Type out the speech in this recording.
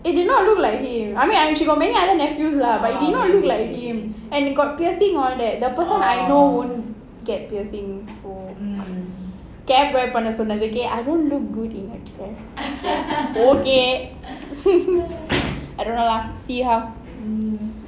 it did not look like him I mean I she got many other nephews lah but it did not look like him and got piercing all that the person I know won't get piercings so பண்ண சொன்னதுக்கே:panna sonnathukae I won't look good in okay I don't know lah see how